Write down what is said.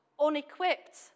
unequipped